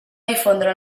difondre